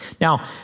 Now